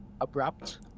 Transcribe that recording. abrupt